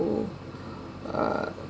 to uh